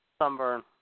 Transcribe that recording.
Sunburn